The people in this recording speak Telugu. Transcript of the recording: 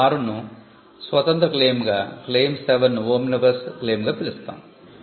క్లెయిమ్ 6 ను స్వతంత్ర క్లెయిమ్ గా క్లెయిమ్ 7 ను ఓమ్నిబస్ క్లెయిమ్ గా పిలుస్తాము